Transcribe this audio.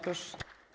Proszę.